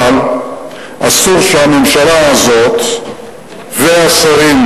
אבל אסור שהממשלה הזאת והשרים,